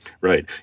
Right